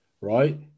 right